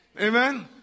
Amen